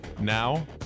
Now